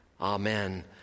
Amen